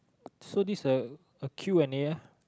so these are a Q and A ah